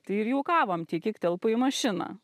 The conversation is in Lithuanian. tai ir juokavom tiek kiek telpa į mašiną